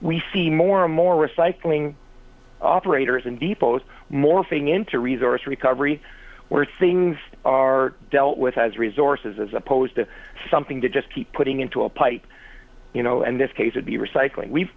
we see more and more recycling operators and depots morphing into resource recovery where things are dealt with as resources as opposed to something to just keep putting into a pipe you know and this case would be recycling we've